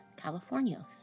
Californios